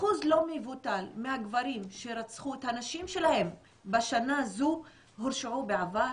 אחוז לא מבוטל מהגברים שרצחו את הנשים שלהם בשנה הזו הורשעו בעבר,